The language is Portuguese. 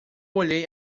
olhei